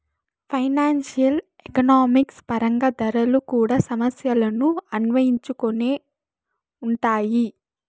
financial economics పరంగా ధరలు కూడా సమస్యలను అన్వయించుకొని ఉంటాయి